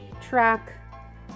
track